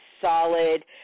solid